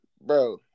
bro